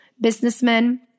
businessmen